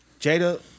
Jada